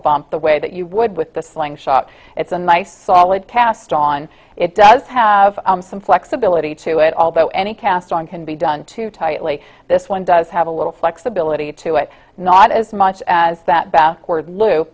bump the way that you would with the sling shot it's a nice solid cast on it does have some flexibility to it although any cast on can be done too tightly this one does have a little flexibility to it not as much as that backward l